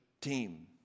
team